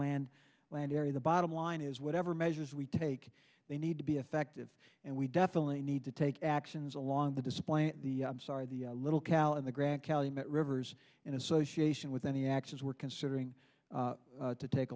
land land area the bottom line is whatever measures we take they need to be effective and we definitely need to take actions along the display in the i'm sorry the little cal in the grand calumet rivers in association with any actions we're considering to take